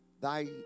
Thy